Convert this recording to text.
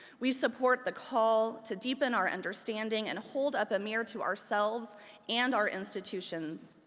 we support the call to deepen our understanding and hold up a mirror to ourselves and our institutions.